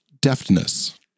deftness